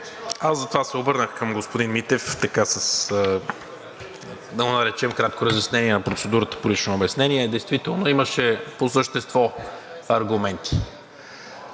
Аз затова се обърнах към господин Митев – да го наречем, с кратко разяснение. В процедурата по лично обяснение действително имаше по същество аргументи.